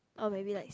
or maybe like